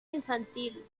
infantil